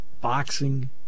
boxing